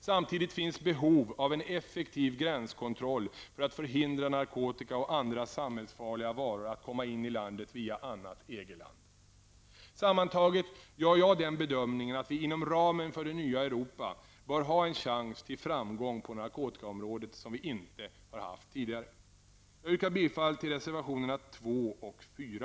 Samtidigt finns behov av en effektiv gränskontroll för att förhindra narkotika och andra samhällsfarliga varor att komma in i landet via annat EG-land. Sammantaget gör jag den bedömningen att vi inom ramen för det nya Europa bör ha en chans till framgång på narkotikaområdet som vi inte haft tidigare. Jag yrkar bifall till reservationerna nr 2 och 4.